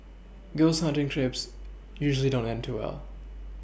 ghost hunting trips usually don't end too well